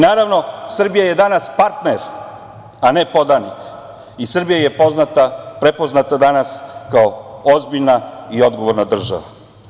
Naravno, Srbija je danas partner, a ne podanik, i Srbija je prepoznata danas kao ozbiljna i odgovorna država.